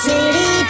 City